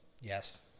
Yes